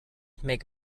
make